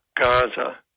Gaza